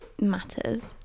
matters